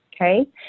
Okay